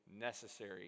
necessary